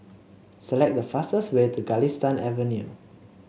select the fastest way to Galistan Avenue